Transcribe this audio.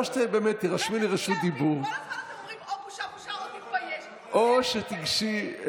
או שתירשמי לרשות דיבור או שתצאי,